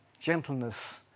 gentleness